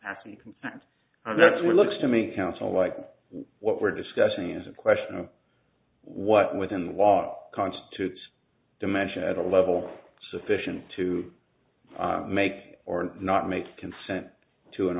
concerned that's what looks to me counsel like what we're discussing is a question of what within the law constitutes dementia at a level sufficient to make or not make consent to an